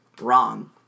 wrong